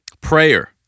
prayer